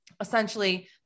essentially-